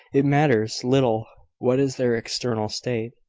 it matters little what is their external state,